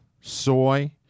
soy